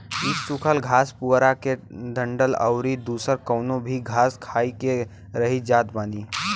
इ सुखल घास पुअरा गेंहू के डंठल अउरी दुसर कवनो भी घास खाई के रही जात बानी